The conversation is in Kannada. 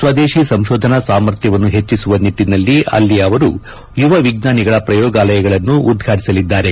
ಸ್ವದೇಶಿ ಸಂಶೋಧನಾ ಸಾಮರ್ಥ್ಯವನ್ನು ಹೆಚ್ಚಿಸುವ ನಿಟ್ಟಿನಲ್ಲಿ ಅಲ್ಲಿ ಅವರು ಯುವ ವಿಜ್ಞಾನಿಗಳ ಪ್ರಯೋಗಾಲಯಗಳನ್ನು ಉದ್ಘಾಟಿಸಲಿದ್ದಾರೆ